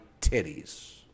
titties